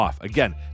Again